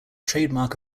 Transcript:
trademark